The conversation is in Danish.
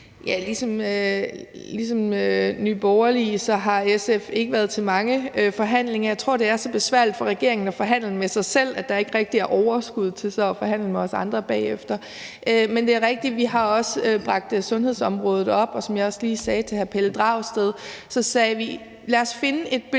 gælder for Nye Borgerlige, har SF ikke været til mange forhandlinger. Jeg tror, det er så besværligt for regeringen at forhandle med sig selv, at der ikke rigtig er overskud til så at forhandle med os andre bagefter. Men det er rigtigt, at vi også har bragt sundhedsområdet op, og som jeg også lige sagde til hr. Pelle Dragsted, sagde vi: Lad os finde et beløb,